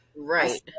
right